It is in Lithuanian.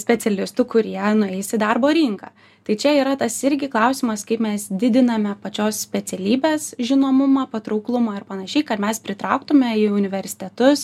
specialistų kurie nueis į darbo rinką tai čia yra tas irgi klausimas kaip mes didiname pačios specialybės žinomumą patrauklumą ir panašiai kad mes pritrauktume į universitetus